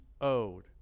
owed